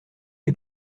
les